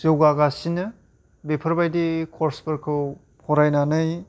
जौगागासिनो बेफोरबायदि कर्सफोरखौ फरायनानै